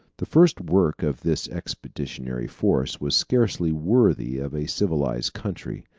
the first work of this expeditionary force was scarcely worthy of a civilized country.